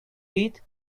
head